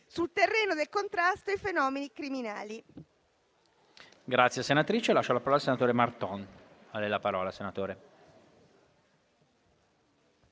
sul terreno del contrasto ai fenomeni criminali.